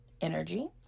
energy